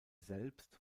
selbst